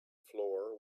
floor